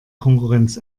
konkurrenz